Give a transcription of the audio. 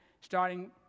starting